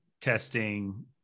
testing